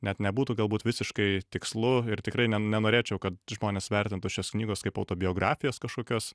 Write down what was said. net nebūtų galbūt visiškai tikslu ir tikrai ne nenorėčiau kad žmonės vertintų šios knygos kaip autobiografijos kažkokios